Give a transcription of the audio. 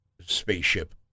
spaceship